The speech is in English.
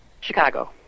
Chicago